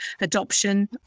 adoption